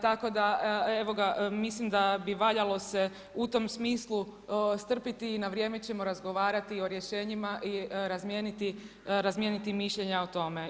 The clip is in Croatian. Tako da evo ga, mislim da bi valjalo se u tom smislu strpiti i na vrijeme ćemo razgovarati o rješenjima i razmijeniti mišljenja o tome.